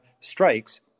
strikes